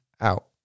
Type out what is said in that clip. out